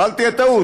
בל תהיה טעות,